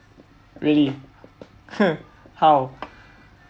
really how